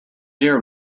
dare